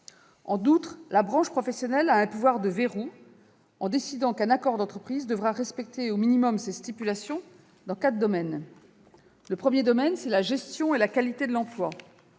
En outre, la branche professionnelle a un pouvoir de verrou, en décidant qu'un accord d'entreprise devra respecter au minimum ses stipulations, et ce dans quatre domaines. Le premier domaine concerne la gestion et la qualité de l'emploi.